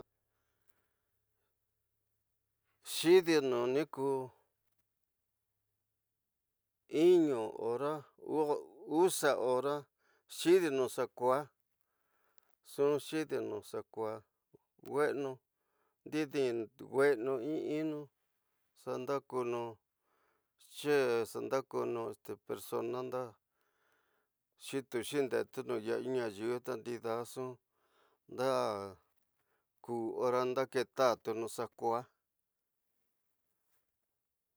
Xidinu nikú iñu ora, uxa ora xi ñdinu xaku xa ñxu xiñnu xaku ñwenu ñdi ñin wenu ñinu xa ñxda ñuni ñxe xa ñndakunu persona ñnda ñxitu xi ñdetunu yara ñin ña ñyiñ te ñndida ñxu da ku ora nda ketatunu xakua.